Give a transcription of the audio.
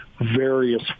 various